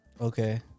Okay